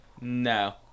No